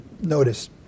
Notice